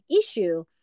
issue